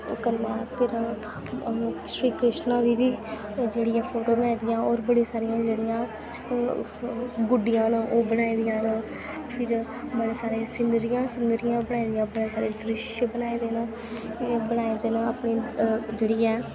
कन्नै फिर श्री कृष्णा दी बी जेह्ड़ी ऐ फोटो बनाई दी ऐ होर बी बड़ियां सारियां जेह्ड़ियां बुड्डियां न बनाई दियां न फिर बड़ी सारी सीनरियां सूनरियां बनाई दियां बड़े सारे दृश बनाए दे न बनाए दे न अपनी जेह्ड़ी ऐ